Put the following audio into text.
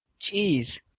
Jeez